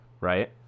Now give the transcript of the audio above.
Right